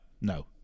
no